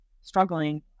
struggling